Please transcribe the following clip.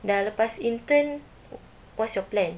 dah lepas intern what's your plan